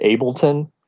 Ableton